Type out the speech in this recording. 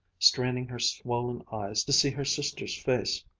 straining her swollen eyes to see her sister's face,